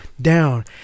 down